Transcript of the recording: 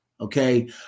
okay